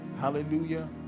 Hallelujah